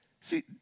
See